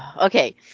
Okay